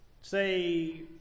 Say